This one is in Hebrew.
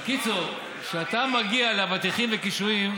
בקיצור, כשאתה מגיע לאבטיחים וקישואים,